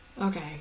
Okay